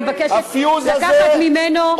אבקש לקחת את זה ממנו.